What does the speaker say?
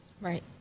Right